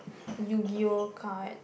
yu-gi-oh card